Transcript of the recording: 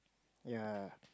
ya